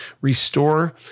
Restore